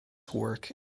work